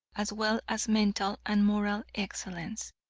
as well as mental and moral excellence.